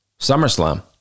SummerSlam